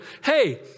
hey